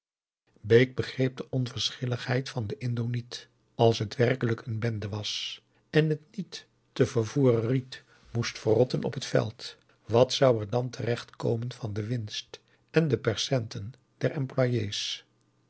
begreep de onverschilligheid van den indo niet als het werkelijk een bende was en het niet te vervoeren riet moest verrotten op het veld wat zou er dan terecht komen van de winst en de percenten der employé's hij